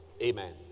Amen